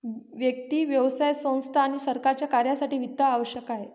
व्यक्ती, व्यवसाय संस्था आणि सरकारच्या कार्यासाठी वित्त आवश्यक आहे